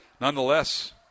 nonetheless